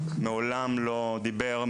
מעולם לא דיבר,